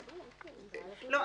אדוני,